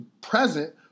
present